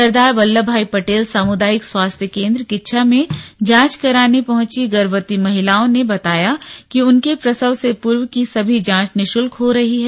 सरदार बल्लभ भाई पटेल सामुदायिक स्वास्थ्य केंद्र किच्छा में जांच कराने पहुंची गर्भवती महिलाओं ने बताया कि उनके प्रसव से पूर्व की सभी जांच निशुल्क हो रही हैं